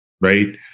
right